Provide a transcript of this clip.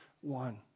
one